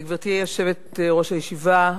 גברתי יושבת-ראש הישיבה,